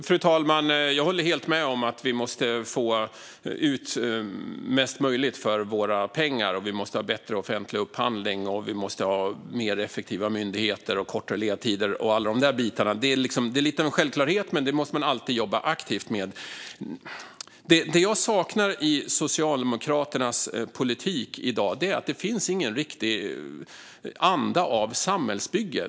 Fru talman! Jag håller helt med om att vi måste få ut det mesta möjliga för våra pengar, att vi måste ha bättre offentliga upphandlingar, mer effektiva myndigheter och kortare ledtider. Det är lite en självklarhet, men det måste man alltid jobba aktivt med. Det jag saknar i Socialdemokraternas politik i dag är en riktig anda av samhällsbygge.